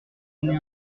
amenée